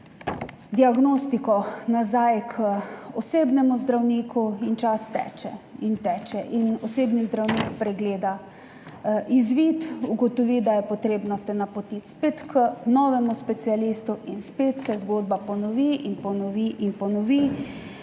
diagnostiko nazaj k osebnemu zdravniku in čas teče in teče in osebni zdravnik pregleda izvid, ugotovi da je potrebno napotiti spet k novemu specialistu in spet se zgodba ponovi in ponovi in ponovi,